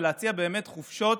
ולהציע באמת חופשות